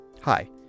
Hi